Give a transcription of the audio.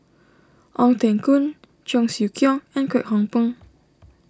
Ong Teng Koon Cheong Siew Keong and Kwek Hong Png